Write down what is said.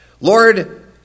Lord